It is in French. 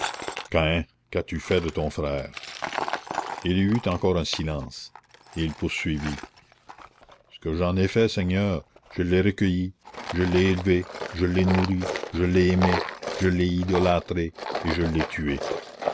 caïn qu'as-tu fait de ton frère il y eut encore un silence et il poursuivit ce que j'en ai fait seigneur je l'ai recueilli je l'ai élevé je l'ai nourri je l'ai aimé je l'ai idolâtré et je l'ai tué